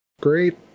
great